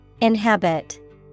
Inhabit